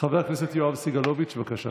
חבר הכנסת יואב סגלוביץ', בבקשה.